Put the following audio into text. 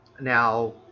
Now